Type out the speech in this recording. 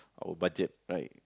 our budget right